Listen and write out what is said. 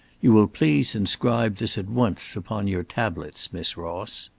you will please inscribe this at once upon your tablets, miss ross.